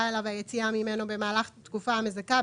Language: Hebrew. אליו או היציאה ממנו במהלך התקופה המזכה,